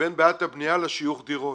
בין בעיית הבניה לשיוך דירות